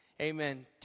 amen